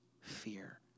fear